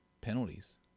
penalties